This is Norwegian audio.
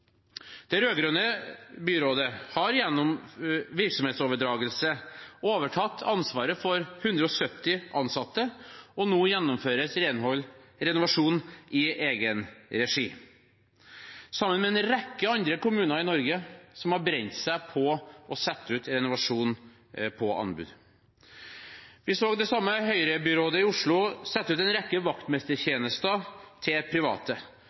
Det rød-grønne byrådet har gjennom virksomhetsoverdragelse overtatt ansvaret for 170 ansatte, og nå gjennomføres renovasjon i egen regi. Det samme gjelder en rekke andre kommuner i Norge som har brent seg på å sette ut renovasjon på anbud. Vi så det samme høyrebyrådet i Oslo sette ut en rekke vaktmestertjenester til private.